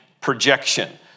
projection